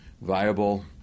viable